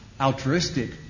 altruistic